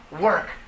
work